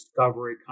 discovery